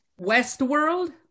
Westworld